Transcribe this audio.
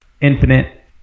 infinite